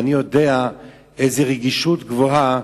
ואני יודע איזו רגישות גבוהה